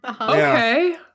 Okay